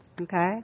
okay